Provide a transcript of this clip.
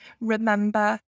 remember